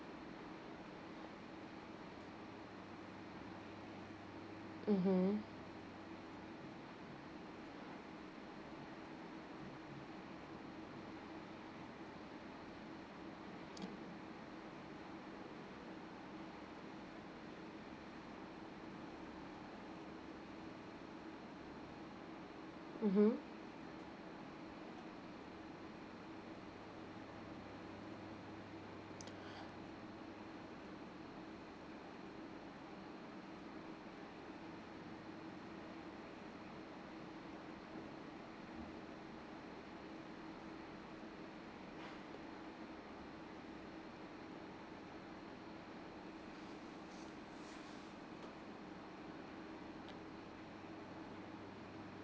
mmhmm mmhmm